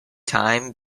time